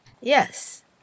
Yes